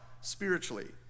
spiritually